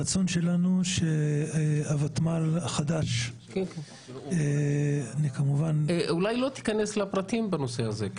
הרצון שלנו שהותמ"ל החדש --- אולי לא תיכנס לפרטים בנושא הזה.